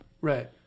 Right